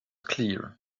clear